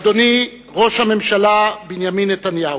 אדוני ראש הממשלה בנימין נתניהו,